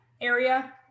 area